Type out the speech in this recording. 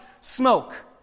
smoke